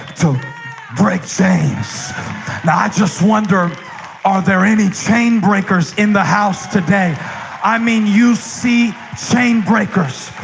to break things now i just wonder are there any chain breakers in the house today i mean you see chain breakers,